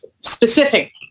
specific